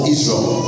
Israel